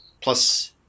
plus